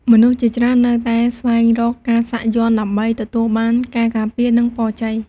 មនុស្សជាច្រើននៅតែស្វែងរកការសាក់យ័ន្តដើម្បីទទួលបានការការពារ និងពរជ័យ។